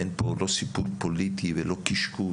אין פה לא סיפור פוליטי ולא קשקוש,